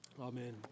Amen